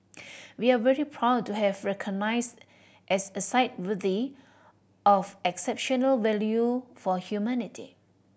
we are very proud to have recognised as a site worthy of exceptional value for humanity